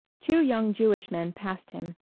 two young jewish men passed him,